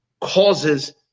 causes